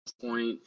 point